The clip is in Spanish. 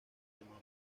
semanas